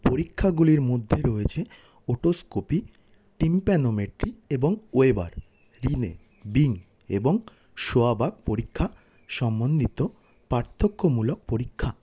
পরীক্ষাগুলির মধ্যে রয়েছে otoscopy tympanometry এবং ওয়েবার রিনে বিং এবং শোয়াবাক পরীক্ষা সম্বন্ধিত পার্থক্যমূলক পরীক্ষা